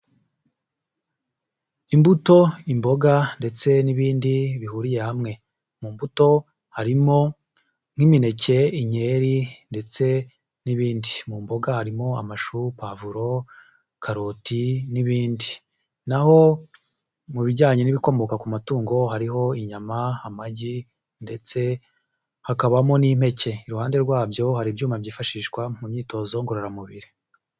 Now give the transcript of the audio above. Imbuto, imboga ndetse n'ibindi bihuriye hamwe. Mu mbuto harimo nk'imineke, inkeri ndetse n'ibindi. Mu mboga harimo amashu puwavuro, karoti n'ibindi. Naho mu bijyanye n'ibikomoka ku matungo hariho inyama, amagi ndetse hakabamo n'impeke. Iruhande rwabyo hari ibyuma byifashishwa mu myitozo ngororamubiri.